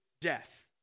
death